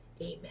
Amen